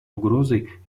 угрозой